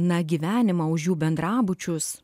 na gyvenimą už jų bendrabučius